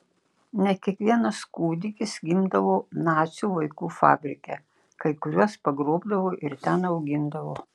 ne kiekvienas kūdikis gimdavo nacių vaikų fabrike kai kuriuos pagrobdavo ir ten augindavo